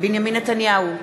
בנימין נתניהו,